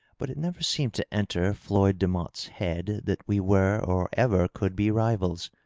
but it never seemed to enter floyd demotte's head that we were or ever could be rivals.